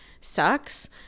sucks